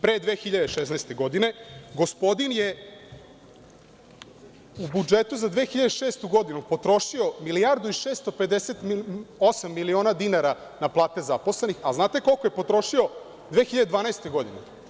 Pre 2016. godine, gospodin je u budžetu za 2006. godinu potrošio milijardu i 658 miliona dinara na plate zaposlenih, a znate koliko je potrošio 2012. godine?